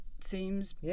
seems